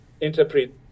interpret